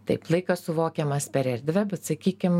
taip laikas suvokiamas per erdvę bet sakykim